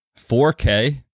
4K